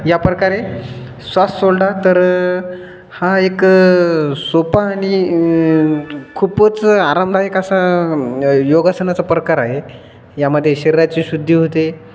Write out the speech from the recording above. या प्रकारे श्वास सोडला तर हा एक सोपा आणि खूपच आरामदायक असा योगासनाचा प्रकार आहे यामध्ये शरीराची शुद्धी होते